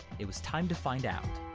it was time to find out.